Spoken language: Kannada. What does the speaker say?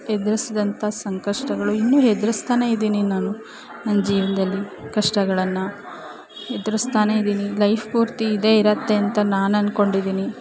ಎದುರಿಸ್ದಂಥ ಸಂಕಷ್ಟಗಳು ಇನ್ನೂ ಎದ್ರುಸ್ತಾನೇ ಇದೀನಿ ನಾನು ನನ್ನ ಜೀವನದಲ್ಲಿ ಕಷ್ಟಗಳನ್ನು ಎದುರಿಸ್ತಾನೇ ಇದೀನಿ ಲೈಫ್ ಪೂರ್ತಿ ಇದೇ ಇರುತ್ತೆ ಅಂತ ನಾನು ಅನ್ಕೊಂಡಿದೀನಿ